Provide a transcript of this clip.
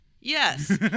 Yes